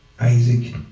Isaac